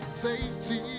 safety